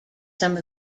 some